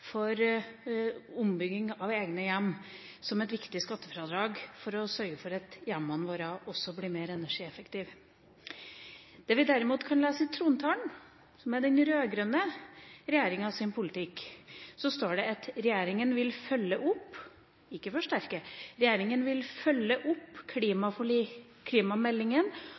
for ombygging av egne hjem som et viktig skattefradrag for å sørge for at hjemmene våre også blir mer energieffektive. Det vi derimot kan lese i trontalen, som er den rød-grønne regjeringas politikk, er at regjeringa vil følge opp – ikke forsterke